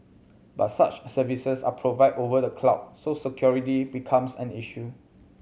but such services are provided over the cloud so security becomes an issue